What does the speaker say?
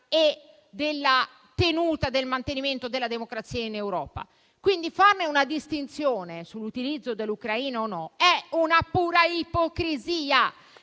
per la tenuta e il mantenimento della democrazia in Europa. Quindi, fare una distinzione sull'utilizzo in Ucraina o meno è pura ipocrisia